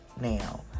now